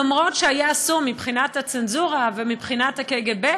למרות שהיה אסור מבחינת הצנזורה ומבחינת הק.ג.ב,